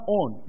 on